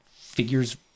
figures